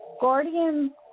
guardian